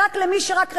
למי שרק רצה,